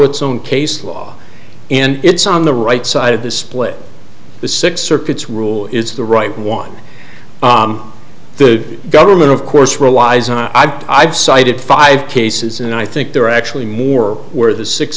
its own case law and it's on the right side of the split the six circuits rule is the right one the government of course relies on i've cited five cases and i think there are actually more where the six